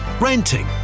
renting